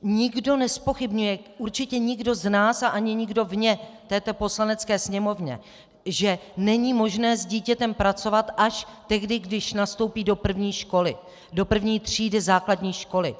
Nikdo nezpochybňuje, určitě nikdo z nás a ani nikdo vně této Poslanecké sněmovny, že není možné s dítětem pracovat až tehdy, když nastoupí do první třídy základní školy.